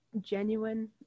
genuine